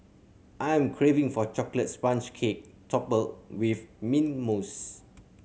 I am craving for chocolate sponge cake topped with mint mousse